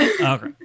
Okay